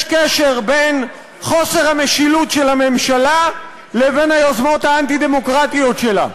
יש קשר בין חוסר המשילות של הממשלה לבין היוזמות האנטי-דמוקרטיות שלה.